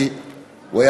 הוא מרים לי להנחתה כל נושא.